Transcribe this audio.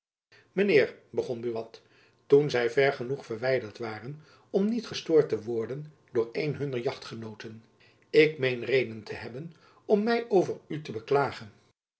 begon buat toen zy ver genoeg verwijderd waren om niet gestoord te worden door een hunner jachtgenooten ik meen reden te hebben om my over u te beklagen